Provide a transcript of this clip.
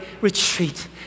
retreat